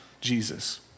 Jesus